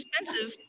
expensive